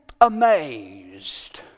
amazed